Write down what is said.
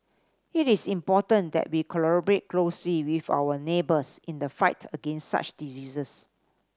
it is important that we collaborate closely with our neighbours in the fight against such diseases